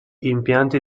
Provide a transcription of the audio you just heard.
impianti